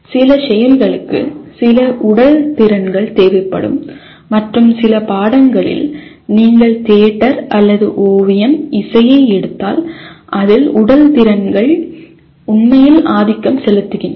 சில செயல்களுக்கு சில உடல் திறன்கள் தேவைப்படும் மற்றும் சில பாடங்களில் நீங்கள் தியேட்டர் அல்லது ஓவியம் இசையை எடுத்தால் அதில் உடல் திறன்கள் உண்மையில் ஆதிக்கம் செலுத்துகின்றன